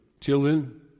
Children